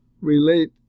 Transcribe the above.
relate